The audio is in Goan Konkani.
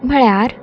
म्हळ्यार